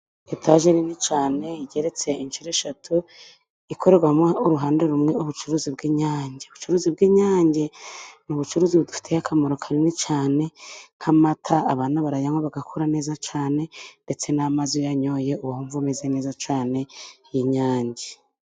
Etaje nini cyane igeretse inshuro eshatu, ikorerwamo uruhande rumwe ubucuruzi bw'inyange. Ubucuruzi bw'inyange ni ubucuruzi budufitiye akamaro kanini cyane, nk'amata abana barayanywa bagakura neza cyane, ndetse n'amazi iyo uyanyoye wumva umeze neza cyane y'inyange.